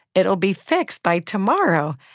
it'll be fixed by tomorrow.